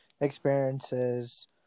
experiences